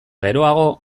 geroago